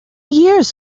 years